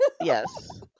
yes